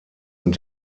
und